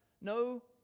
No